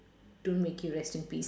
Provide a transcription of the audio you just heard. don't make you rest in peace